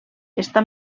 està